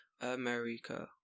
America